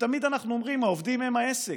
תמיד אנחנו אומרים שהעובדים הם העסק,